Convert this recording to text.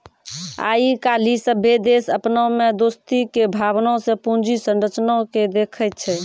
आइ काल्हि सभ्भे देश अपना मे दोस्ती के भावना से पूंजी संरचना के देखै छै